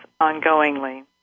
ongoingly